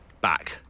Back